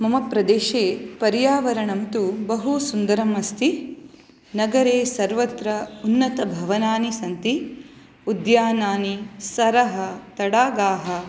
मम प्रदेशे पर्यावरणं तु बहु सुन्दरम् अस्ति नगरे सर्वत्र उन्नतभवनानि सन्ति उद्यानानि सरः तडागाः